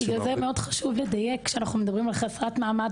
בשביל זה מאוד חשוב לדייק כשאנחנו מדברים על חסרת מעמד,